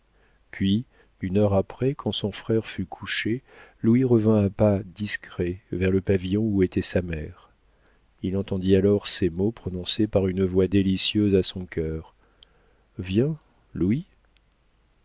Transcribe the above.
puis une heure après quand son frère fut couché louis revint à pas discrets vers le pavillon où était sa mère il entendit alors ces mots prononcés par une voix délicieuse à son cœur viens louis